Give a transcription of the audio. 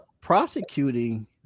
prosecuting